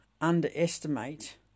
underestimate